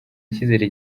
ikizere